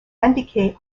indiqué